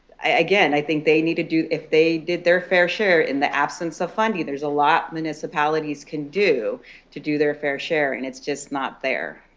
again, i think they need to do if they did their fair share in the absence of funding, there's a lot municipalities can do to do their fair share. and it's just not there.